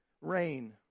rain